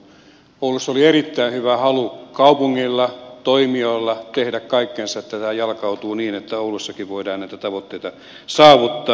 oulussa oli erittäin hyvä halu kaupungilla toimijoilla tehdä kaikkensa että tämä jalkautuu niin että oulussakin voidaan näitä tavoitteita saavuttaa